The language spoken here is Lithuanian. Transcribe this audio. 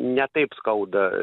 ne taip skauda